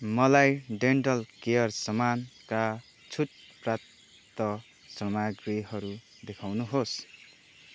मलाई dental care समानका छुट प्राप्त सामग्रीहरू देखाउनुहोस्